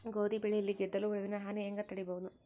ಗೋಧಿ ಬೆಳೆಯಲ್ಲಿ ಗೆದ್ದಲು ಹುಳುವಿನ ಹಾನಿ ಹೆಂಗ ತಡೆಬಹುದು?